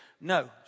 No